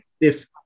if-